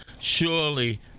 Surely